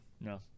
No